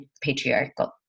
patriarchal